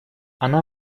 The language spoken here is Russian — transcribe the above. она